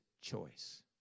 choice